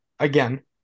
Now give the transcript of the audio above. Again